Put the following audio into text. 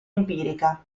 empirica